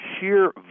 sheer